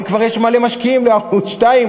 אבל כבר יש מלא משקיעים לערוץ 2,